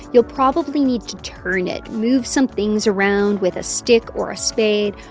you'll probably need to turn it. move some things around with a stick or a spade.